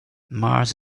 mars